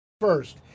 first